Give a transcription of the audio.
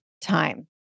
time